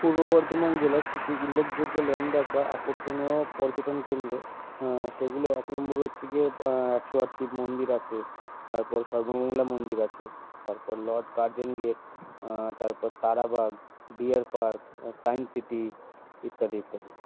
পূর্ব বর্ধমান জেলার কিছু উল্লেখযোগ্য ল্যান্ডমার্ক বা আকর্ষণীয় পর্যটনকেন্দ্র সেগুলো এক নম্বর হচ্ছে গিয়ে একশো আট শিব মন্দির আছে তারপর সর্বমঙ্গলা মন্দির আছে তারপর লর্ড কার্জন গেট তারপর Tarabag deer park science city ইত্যাদি ইত্যাদি